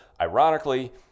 ironically